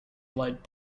blade